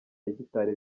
hegitari